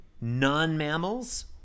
non-mammals